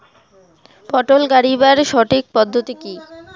পটল গারিবার সঠিক পদ্ধতি কি?